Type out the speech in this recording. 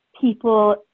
people